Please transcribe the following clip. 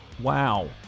Wow